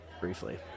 briefly